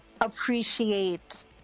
appreciate